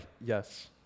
yes